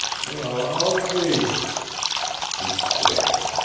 well, i'll be he stared.